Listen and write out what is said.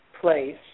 place